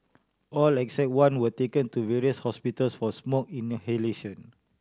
all except one were taken to various hospitals for smoke inhalation